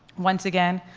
once again,